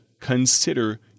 Consider